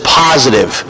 positive